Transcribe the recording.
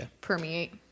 permeate